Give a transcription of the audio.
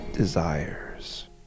desires